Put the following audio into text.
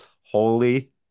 holy